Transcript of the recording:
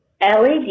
LED